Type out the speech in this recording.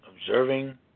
Observing